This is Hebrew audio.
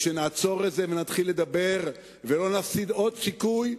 וכשנעצור את זה ונתחיל לדבר לא נפסיד עוד סיכוי,